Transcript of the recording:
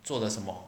做了什么